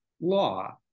law